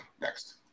Next